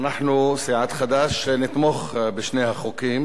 אנחנו, סיעת חד"ש, נתמוך בשני החוקים